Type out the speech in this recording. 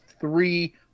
three